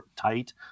tight